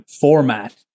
format